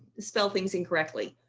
spell things incorrectly,